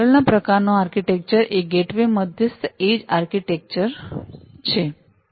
આગળના પ્રકારનો આર્કિટેક્ચર એ ગેટવે મધ્યસ્થ એડ્જ આર્કિટેક્ચર છે